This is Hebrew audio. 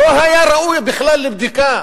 לא היה ראוי בכלל לבדיקה.